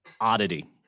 oddity